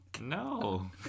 no